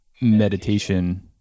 meditation